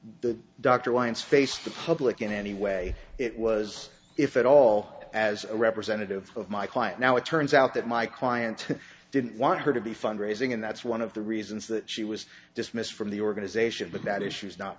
the doctor once faced the public in any way it was if at all as a representative of my client now it turns out that my client didn't want her to be fundraising and that's one of the reasons that she was dismissed from the organization but that issue is not